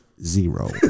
zero